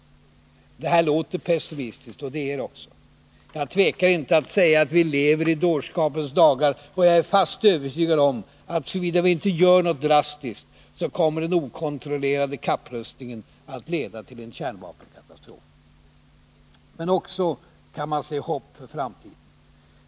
Det här låter pessimistiskt, och det är det också. Jag tvekar inte att säga att vi lever i dårskapens dagar. Jag är fast övertygad om att såvida vi inte gör något drastiskt kommer den okontrollerade kapprustningen att leda till en kärnvapenkatastrof. Men man kan också se ett hopp för framtiden.